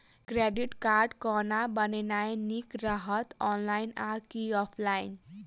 Credit card कोना बनेनाय नीक रहत? ऑनलाइन आ की ऑफलाइन?